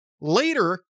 later